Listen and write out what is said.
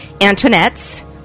Antoinette's